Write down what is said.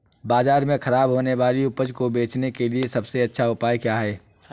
बाज़ार में खराब होने वाली उपज को बेचने के लिए सबसे अच्छा उपाय क्या हैं?